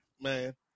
man